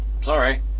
sorry